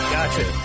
Gotcha